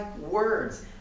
words